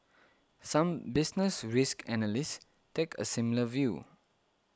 some business risk analysts take a similar view